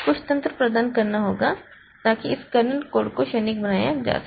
कुछ तंत्र प्रदान करना होगा ताकि इस कर्नेल कोड को क्षणिक बनाया जा सके